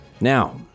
Now